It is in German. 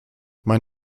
mein